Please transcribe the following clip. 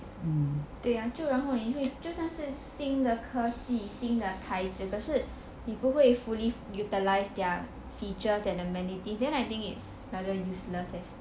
对 ah 就然后你会就算是新的科技新的牌子可是你不可以 fully utilise their features and amenities then I think it's rather useless